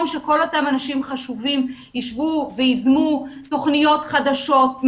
שכל אותם אנשים חשובים יישבו ויבנו תוכניות חדשות,